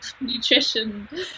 nutrition